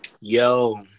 Yo